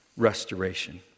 restoration